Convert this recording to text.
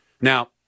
now